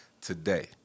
today